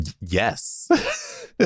Yes